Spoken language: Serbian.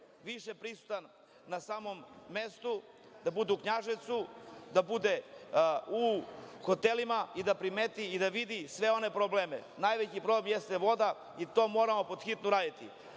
više prisutan na samom mestu, da bude u Knjaževcu, da bude u hotelima i da primeti i da vidi sve one probleme. Najveći problem jeste voda i to moramo pod hitno uraditi. Jedna